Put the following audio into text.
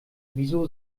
wieso